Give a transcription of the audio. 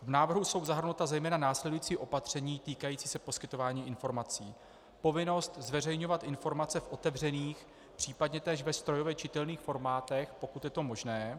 V návrhu jsou zahrnuta zejména následující opatření týkající se poskytování informací: povinnost zveřejňovat informace v otevřených, případně též ve strojově čitelných formátech, pokud je to možné.